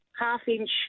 half-inch